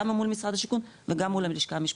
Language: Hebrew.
גם מול משרד השיכון וגם מוטל הלשכה המשפטית.